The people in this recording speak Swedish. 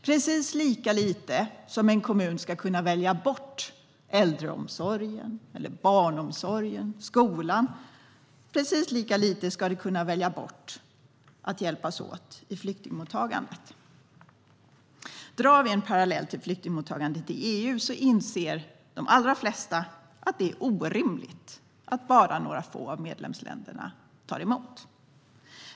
Precis lika lite som en kommun ska kunna välja bort äldreomsorgen, barnomsorgen och skolan, precis lika lite ska den kunna välja bort att vara med och hjälpas åt i flyktingmottagandet. Vi kan dra en parallell till flyktingmottagandet i EU. De allra flesta inser att det är orimligt att bara några få av medlemsländerna tar emot.